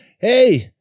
hey